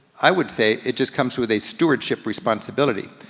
i would say it just comes with a stewardship responsibility.